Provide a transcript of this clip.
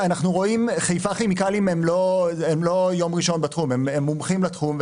חיפה כימיקלים הם מומחים בתחום.